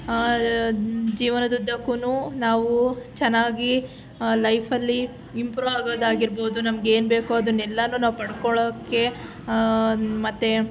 ಜೀವನದುದ್ದಕ್ಕುನೂ ನಾವು ಚೆನ್ನಾಗಿ ಲೈಫಲ್ಲಿ ಇಂಪ್ರೂವ್ ಆಗೋದಾಗಿರ್ಬೋದು ನಮಗೇನು ಬೇಕೋ ಅದನ್ನು ಎಲ್ಲನೂ ನಾವು ಪಡ್ಕೊಳ್ಳೋಕ್ಕೆ ಮತ್ತೆ